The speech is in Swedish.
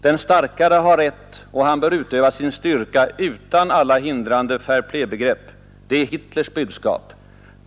Den starkare har rätt och han bör utöva sin styrka utan alla hindrande fair-play-begrepp. Det är Hitlers budskap.